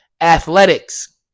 Athletics